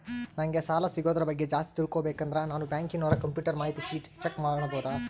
ನಂಗೆ ಸಾಲ ಸಿಗೋದರ ಬಗ್ಗೆ ಜಾಸ್ತಿ ತಿಳಕೋಬೇಕಂದ್ರ ನಾನು ಬ್ಯಾಂಕಿನೋರ ಕಂಪ್ಯೂಟರ್ ಮಾಹಿತಿ ಶೇಟ್ ಚೆಕ್ ಮಾಡಬಹುದಾ?